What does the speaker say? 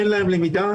אין להן למידה,